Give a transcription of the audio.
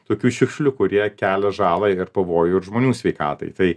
tokių šiukšlių kurie kelia žalą ir pavojų ir žmonių sveikatai tai